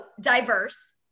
diverse